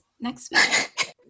next